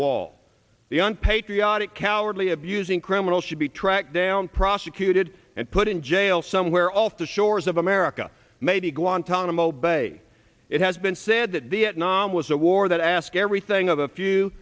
wall the young patriotic cowardly abusing criminal should be tracked down prosecuted and put in jail somewhere off the shores of america maybe guantanamo bay it has been said that the naam was a war that ask everything of the few